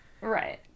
right